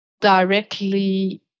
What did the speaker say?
directly